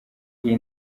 iyi